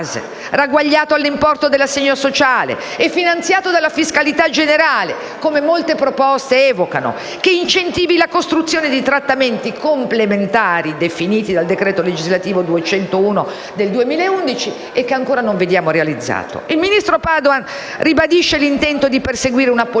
Il ministro Padoan ribadisce l'intento di perseguire una politica